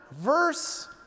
verse